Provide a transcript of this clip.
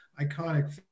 iconic